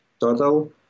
total